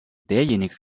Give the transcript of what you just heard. derjenige